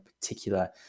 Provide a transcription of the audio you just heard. particular